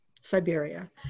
Siberia